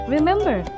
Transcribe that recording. Remember